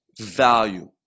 value